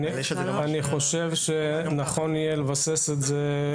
אני חושב שנכון יהיה לבסס את זה.